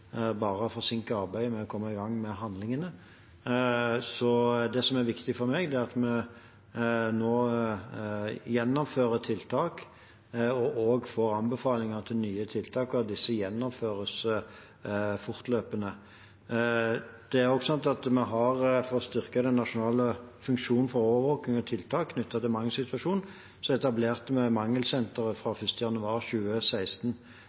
bare forsinke arbeidet med å komme i gang med handlingene. Det som er viktig for meg, er at vi nå gjennomfører tiltak og får anbefalinger om nye tiltak, og at disse gjennomføres fortløpende. For å styrke den nasjonale funksjonen for overvåkning av tiltak knyttet til mangelsituasjonen etablerte vi Mangelsenteret 1. januar 2016.